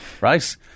right